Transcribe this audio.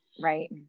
Right